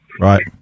Right